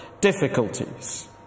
difficulties